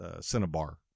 Cinnabar